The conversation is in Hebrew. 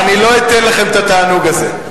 אני לא אתן לכם את התענוג הזה.